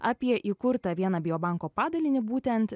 apie įkurtą vieną bio banko padalinį būtent